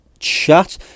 chat